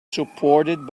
supported